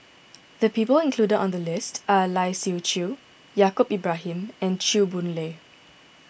the people included in the list are Lai Siu Chiu Yaacob Ibrahim and Chew Boon Lay